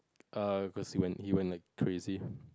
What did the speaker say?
err cause he he went like crazy